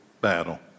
battle